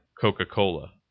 Coca-Cola